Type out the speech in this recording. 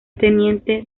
teniente